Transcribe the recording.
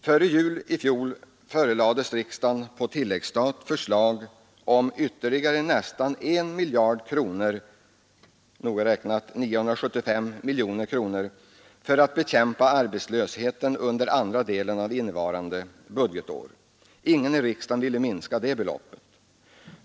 Före jul i fjol förelades riksdagen på tilläggsstat förslag om ytterligare nästan 1 miljard kronor, noga räknat 975 miljoner kronor, för att bekämpa arbetslösheten under andra delen av innevarande budgetår. Ingen i riksdagen ville minska det beloppet.